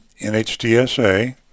NHTSA